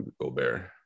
Gobert